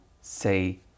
say